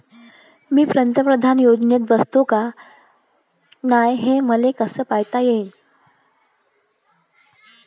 मी पंतप्रधान योजनेत बसतो का नाय, हे मले कस पायता येईन?